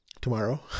tomorrow